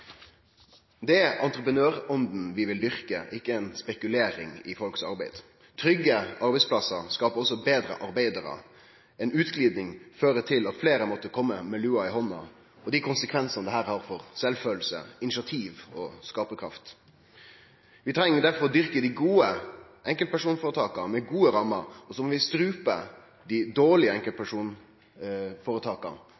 Det er entreprenørånda vi vil dyrke, ikkje ei spekulering i folks arbeid. Trygge arbeidsplassar skapar også betre arbeidarar. Ei utgliding fører til at fleire vil måtte kome med lua i handa, med dei konsekvensane det har for sjølvkjensle, initiativ og skaparkraft. Vi treng difor å dyrke dei gode enkeltpersonføretaka med gode rammer, og så må vi strupe dei dårlege